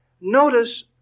notice